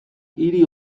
hiri